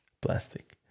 plastic